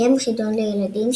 קיים חידון לילדים,